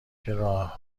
راه